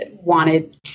wanted